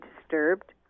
disturbed